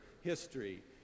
history